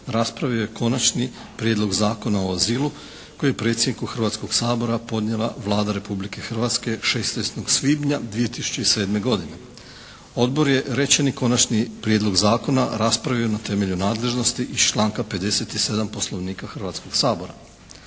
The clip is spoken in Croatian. raspravio je Konačni prijedlog Zakona o azilu koji je predsjedniku Hrvatskog sabora podnijela Vlada Republike Hrvatske 16. svibnja 2007. godine. Odbor je rečeni Konačni prijedlog Zakona raspravio na temelju nadležnosti iz članka 57. Poslovnika Hrvatskog sabora.